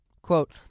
Quote